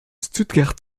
stuttgart